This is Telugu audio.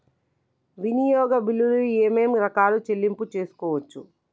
వినియోగ బిల్లులు ఏమేం రకాల చెల్లింపులు తీసుకోవచ్చు?